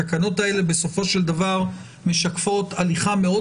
התקנות האלה בסופו של דבר משקפות הליכה מאוד